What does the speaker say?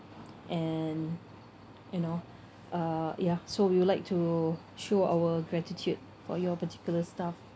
and you know uh ya so we would like to show our gratitude for your particular staff